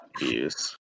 use